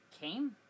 came